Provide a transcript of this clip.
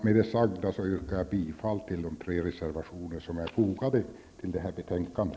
Med det anförda yrkar jag bifall till de tre reservationer som är fogade till detta betänkande.